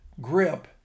grip